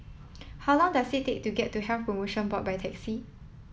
how long does it take to get to Health Promotion Board by taxi